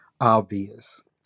obvious